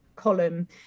column